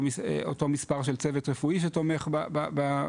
אותו מספר של צוות רפואי שתומך בניתוחים.